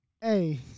hey